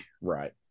right